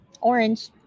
orange